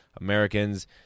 americans